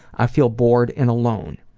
i feel bored and alone.